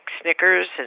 Snickers